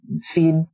feed